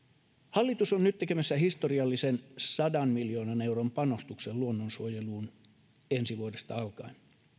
hallitus on nyt tekemässä historiallisen sadan miljoonan euron panostuksen luonnonsuojeluun ensi vuodesta alkaen